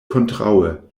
kontraŭe